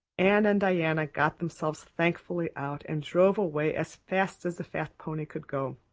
anne and diana got themselves thankfully out, and drove away as fast as the fat pony could go.